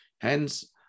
Hence